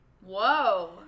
Whoa